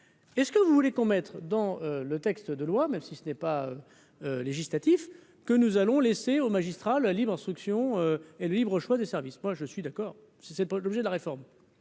est ce que vous voulez qu'on mettrait dans le texte de loi, même si ce n'est pas logique. Natif que nous allons laisser aux magistrats Libre instruction et le libre choix des services, moi je suis d'accord, si c'est pas obligé de la réforme